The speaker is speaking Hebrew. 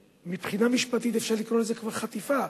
שמבחינה משפטית אפשר לקרוא לזה כבר חטיפה.